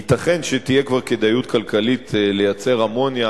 ייתכן שתהיה כבר כדאיות כלכלית לייצר אמוניה